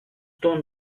the